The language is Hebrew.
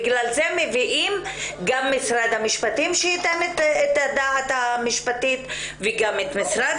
בגלל זה מביאים את משרד המשפטים שייתן את חוות הדעת המשפטית ואת משרד